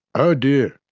oh dear,